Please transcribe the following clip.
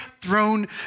throne